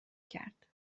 کرد